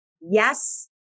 yes